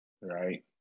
right